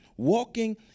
walking